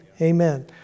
Amen